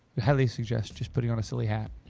yeah. natalie suggests just putting on a silly hat.